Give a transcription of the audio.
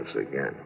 again